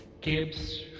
Gibbs